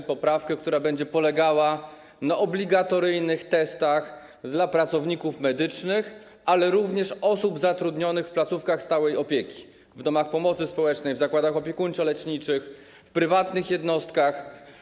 Ta poprawka będzie polegała na wprowadzeniu obligatoryjnych testów dla pracowników medycznych, ale również dla osób zatrudnionych w placówkach stałej opieki: w domach pomocy społecznej, w zakładach opiekuńczo-leczniczych, w prywatnych jednostkach.